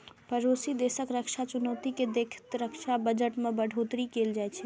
पड़ोसी देशक रक्षा चुनौती कें देखैत रक्षा बजट मे बढ़ोतरी कैल जाइ छै